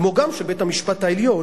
כמו גם של בית-המשפט העליון,